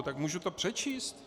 Tak můžu to přečíst?